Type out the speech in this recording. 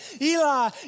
Eli